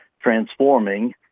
transforming